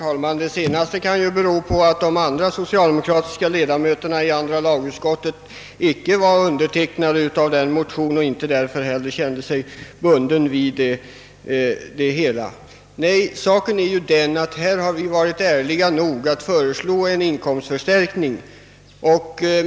Herr talman! Det kan ju bero på att de andra socialdemokratiska ledamöterna i andra lagutskottet icke hade undertecknat motionen och därför inte heller kände sig bundna vid vad som stod i den. Nej, saken är ju den att vi varit ärliga nog att föreslå en inkomstförstärkning.